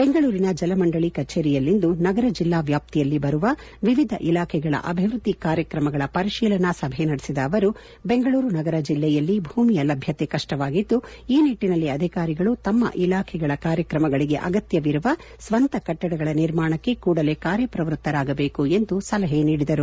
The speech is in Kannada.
ಬೆಂಗಳೂರಿನ ಜಲಮಂಡಳಿ ಕಛೇರಿಯಲ್ಲಿಂದು ನಗರ ಜಿಲ್ಲಾ ವ್ಯಾಪ್ತಿಯಲ್ಲಿ ಬರುವ ವಿವಿಧ ಇಲಾಖೆಗಳ ಅಭಿವೃದ್ದಿ ಕಾರ್ಯಕ್ರಮಗಳ ಪರಿಶೀಲನಾ ಸಭೆ ನಡೆಸಿದ ಅವರು ಬೆಂಗಳೂರು ನಗರ ಜಿಲ್ಲೆಯಲ್ಲಿ ಭೂಮಿಯ ಲಭ್ಯತೆ ಕಷ್ಟವಾಗಿದ್ದು ಈ ನಿಟ್ಟನಲ್ಲಿ ಅಧಿಕಾರಿಗಳು ತಮ್ಮ ಇಲಾಖೆಗಳ ಕಾರ್ಯಕ್ರಮಗಳಿಗೆ ಅಗತ್ಯವಿರುವ ಸ್ವಂತ ಕಟ್ಟಡಗಳ ನಿರ್ಮಾಣಕ್ಕೆ ಕೂಡಲೇ ಕಾರ್ಯಪ್ರವೃತ್ತರಾಗಬೇಕು ಎಂದು ಸಲಹೆ ನೀಡಿದರು